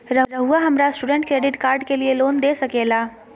रहुआ हमरा student credit card के लिए लोन दे सके ला?